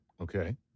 okay